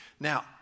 Now